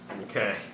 Okay